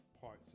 parts